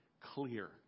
clear